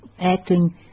acting